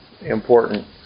important